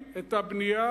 אתם מקפיאים את הבנייה